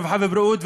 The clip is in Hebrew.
הרווחה והבריאות.